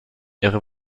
ihre